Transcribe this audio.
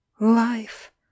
Life